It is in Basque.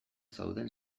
zauden